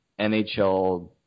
NHL